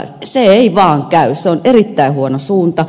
se ei vaan käy se on erittäin huono suunta